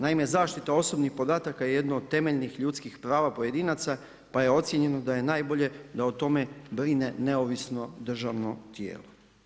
Naime, zaštita osobnih podataka je jedno od temeljnih ljudskih prava pojedinaca pa je ocijenjeno da je najbolje da o tome brine neovisno državno tijelo.